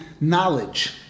knowledge